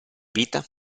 vita